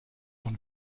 von